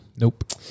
Nope